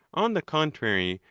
on the contrary,